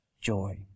joy